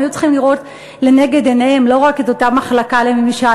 הם היו צריכים לראות לנגד עיניהם לא רק את אותה מחלקה לממשל,